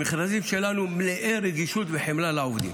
המכרזים שלנו מלאי רגישות וחמלה לעובדים.